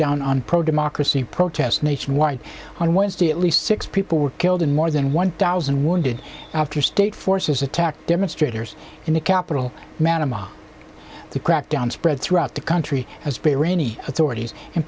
down on pro democracy protests nationwide on wednesday at least six people were killed and more than one thousand wounded after state forces attacked demonstrators in the capital manama the crackdown spread throughout the country as a rainy authorities